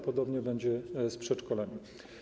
Podobnie będzie z przedszkolami.